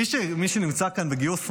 מי שנמצא כאן בגיוס מלא,